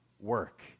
work